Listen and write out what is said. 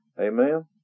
Amen